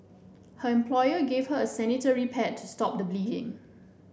her employer gave her a sanitary pad to stop the bleeding